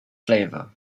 flavor